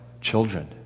children